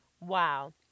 Wow